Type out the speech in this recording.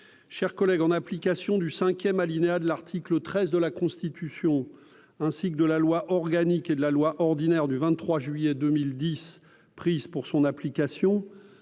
chers collègues, en application du 5ème alinéa de l'article 13 de la Constitution, ainsi que de la loi organique et de la loi ordinaire du 23 juillet 2010 prises pour son application,